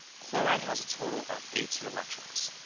chloride has a total of eighteen electrons.